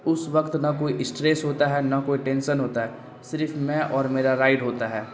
اس وقت نہ کوئی اسٹریس ہوتا ہے نہ کوئی ٹینشن ہوتا ہے صرف میں اور میرا رائڈ ہوتا ہے